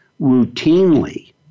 routinely